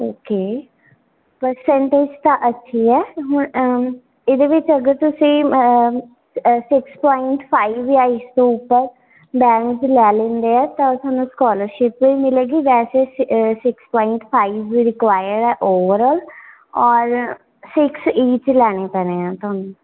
okay percentage ਤਾਂ ਅੱਛੀ ਹੈ ਹੁਣ ਇਹਦੇ ਵਿੱਚ ਅਗਰ ਤੁਸੀਂ ਸਿਕਸ ਪੁਆਇੰਟ ਫਾਈਵ ਲਾਈਜ਼ ਤੋਂ ਉੱਪਰ ਬੈਂਡਜ਼ ਲੈ ਲੈਂਦੇ ਹੋ ਤਾਂ ਤੁਹਾਨੂੰ ਸਕਾਲਰਸ਼ਿਪ ਵੀ ਮਿਲੇਗੀ ਵੈਸੇ ਸਿਕਸ ਪੁਆਇੰਟ ਫਾਈਵ ਰਿਕੁਆਈਰ ਹੈ ਓਵਰਆਲ ਔਰ ਸਿਕਸ ਈਚ ਲੈਣੇ ਪੈਣੇ ਆ ਤੁਹਾਨੂੰ